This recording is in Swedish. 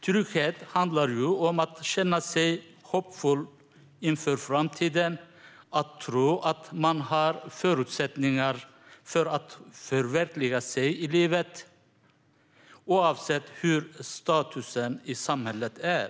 Trygghet handlar ju om att känna sig hoppfull inför framtiden och att tro att man har förutsättningar för att förverkliga sig i livet, oavsett hur statusen i samhället är.